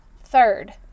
third